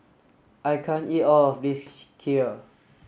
I can't eat all of this Kheer